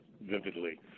vividly